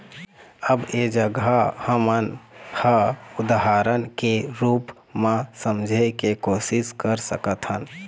अब ऐ जघा हमन ह उदाहरन के रुप म समझे के कोशिस कर सकत हन